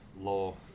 law